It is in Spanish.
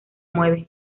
mueve